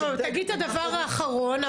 תגיד את הדבר האחרון,